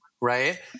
right